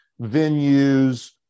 venues